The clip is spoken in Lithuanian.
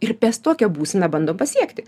ir pes tokią būseną bandom pasiekti